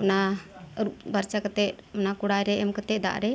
ᱚᱱᱟ ᱟᱨᱩᱯ ᱯᱷᱟᱨᱪᱟ ᱠᱟᱛᱮᱫ ᱚᱱᱟ ᱠᱚᱲᱟᱭ ᱨᱮ ᱮᱢ ᱠᱟᱛᱮᱫ ᱫᱟᱜ ᱨᱮ